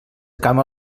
camp